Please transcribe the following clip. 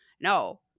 No